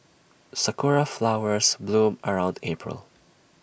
Sakura Flowers bloom around April